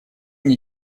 мне